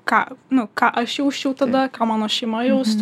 ką nu ką aš jausčiau tada ką mano šeima jaustų